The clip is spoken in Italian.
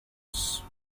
boss